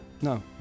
no